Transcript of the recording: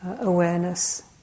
awareness